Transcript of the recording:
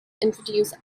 introduce